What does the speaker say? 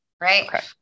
Right